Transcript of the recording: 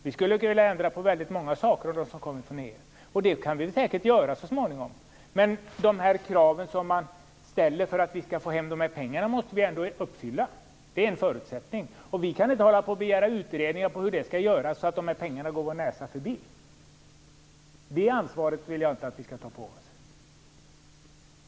Vi skulle vilja ändra på väldigt många av de saker som kommer från EU, och det kan vi säkert göra så småningom. Men de krav som man ställer för att vi skall få hem de här pengarna måste vi ändå uppfylla - det är en förutsättning. Vi kan inte hålla på och begära utredningar av hur det skall göras så att pengarna går vår näsa förbi. Det ansvaret vill jag inte att vi skall ta på oss.